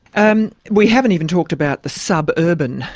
and we haven't even talked about the sub-urban,